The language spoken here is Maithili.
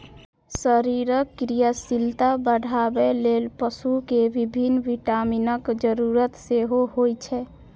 शरीरक क्रियाशीलता बढ़ाबै लेल पशु कें विभिन्न विटामिनक जरूरत सेहो होइ छै